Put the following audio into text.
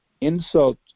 insult